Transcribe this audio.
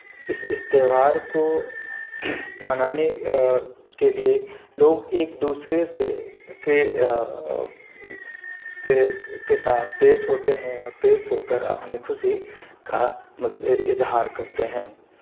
اس اس تہوار کو منانے کے لیے لوگ ایک دوسرے سے کے کےساتھ کے ساتھ پیش ہوتے ہیں اور پیش ہو کر اپنی خوشی کا اظہار کرتے ہیں